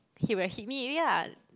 he would have hit me already lah